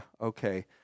Okay